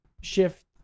shift